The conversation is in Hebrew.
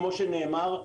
כמו שנאמר,